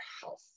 health